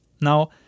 Now